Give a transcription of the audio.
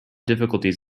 difficulties